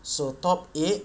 so top eight